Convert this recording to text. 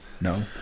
No